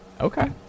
Okay